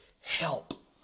help